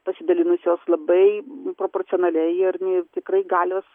pasidalinusios labai proporcionaliai ir tikrai galios